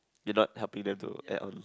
you not helping them to add on